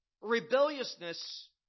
rebelliousness